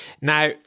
Now